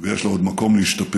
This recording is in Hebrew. ויש לה עוד מקום להשתפר.